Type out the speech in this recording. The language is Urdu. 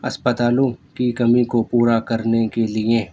اسپتالوں کی کمی کو پورا کرنے کے لیے